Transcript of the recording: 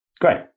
great